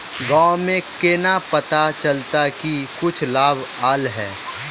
गाँव में केना पता चलता की कुछ लाभ आल है?